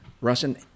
Russian